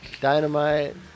dynamite